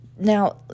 Now